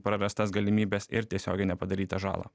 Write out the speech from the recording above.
prarastas galimybes ir tiesioginę padarytą žalą